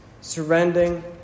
surrendering